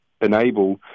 enable